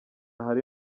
hari